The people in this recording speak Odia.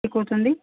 ଶିଖଉଛନ୍ତି